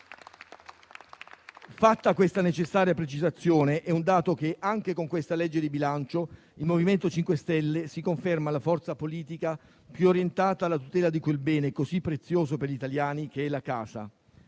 Fatta questa necessaria precisazione, è un dato che anche con questa legge di bilancio il MoVimento 5 Stelle si conferma la forza politica più orientata alla tutela di quel bene così prezioso per gli italiani che è la casa.